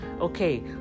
Okay